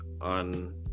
On